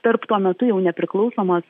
tarp tuo metu jau nepriklausomos